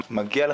זאת